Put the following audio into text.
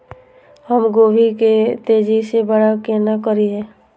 हम गोभी के तेजी से बड़ा केना करिए?